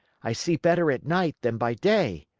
i see better at night than by day.